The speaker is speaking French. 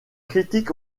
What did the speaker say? critiques